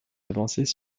avancées